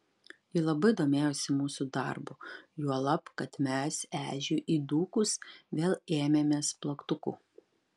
ji labai domėjosi mūsų darbu juolab kad mes ežiui įdūkus vėl ėmėmės plaktukų